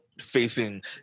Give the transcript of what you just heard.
facing